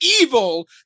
evil